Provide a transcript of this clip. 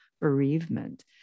bereavement